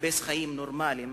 מחפש חיים נורמליים,